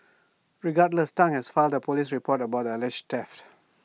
regardless Tang has father polish the report about the alleged theft